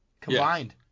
combined